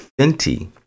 Fenty